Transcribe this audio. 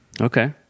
Okay